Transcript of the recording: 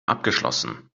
abgeschlossen